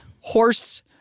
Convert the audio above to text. Horse